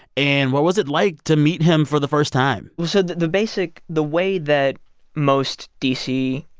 and what was it like to meet him for the first time? so the the basic the way that most d c.